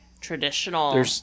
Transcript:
traditional